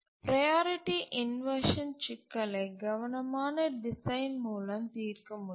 priority inversion சிக்கலை கவனமான design மூலம் தீர்க்க முடியும்